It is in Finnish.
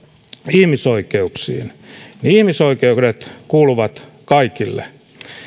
ihmisoikeuksiin niin ihmisoikeudet kuuluvat kaikille